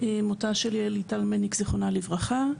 מותה של ליטל יעל מלניק זיכרונה לברכה,